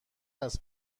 است